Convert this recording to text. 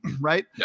Right